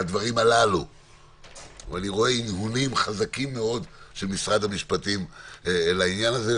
אני רואה הנהונים חזקים מאוד של משרד המשפטים לעניין הזה,